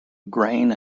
grain